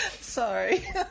sorry